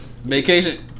Vacation